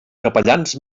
capellans